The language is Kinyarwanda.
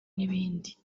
n’ibindi